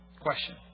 question